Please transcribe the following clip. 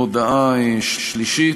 הודעה שלישית: